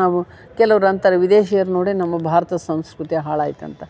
ನಾವು ಕೆಲವ್ರು ಅಂತಾರೆ ವಿದೇಶಿಗರು ನೋಡಿ ನಮ್ಮ ಭಾರತದ ಸಂಸ್ಕೃತಿ ಹಾಳಾಯ್ತು ಅಂತ